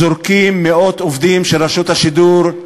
זורקים מאות עובדים של רשות השידור,